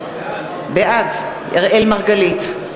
בעד אראל מרגלית,